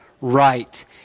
right